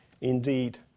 Indeed